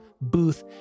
Booth